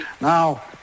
Now